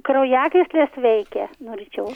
kraujagysles veikia norėčiau